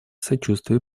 сочувствие